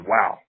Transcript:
wow